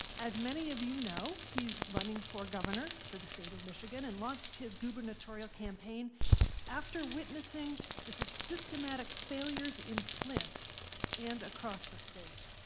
as many of you know, he's running for governor for the state of michigan, and launched his gubernatorial campaign after witnessing the so systematic failures in flint and across the state.